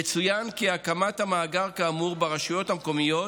יצוין כי הקמת מאגר כאמור ברשויות המקומיות